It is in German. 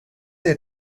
der